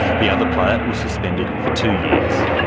the other player was suspended for two years.